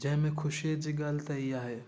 जंहिंमें ख़ुशीअ जी ॻाल्हि त इहा आहे